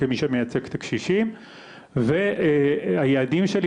כמי שמייצג את הקשישים והיעדים שלי,